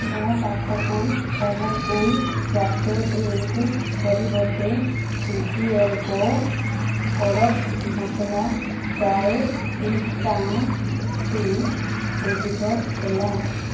ମୋ' ପାଖକୁ Amul cool cafe drink ପରିବର୍ତ୍ତେ ଟିଜିଏଲ୍କୋ kadak masala chai instant tea deliver ହେଲା